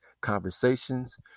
conversations